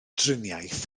driniaeth